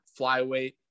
flyweight